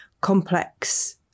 complex